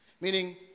Meaning